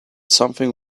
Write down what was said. something